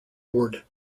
word